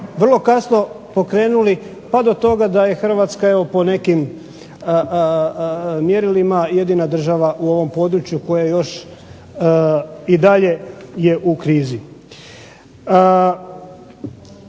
vrlo kasno pokrenuli pa do toga da je Hrvatska po nekim mjerilima jedina država u ovom području koja još i dalje je u krizi.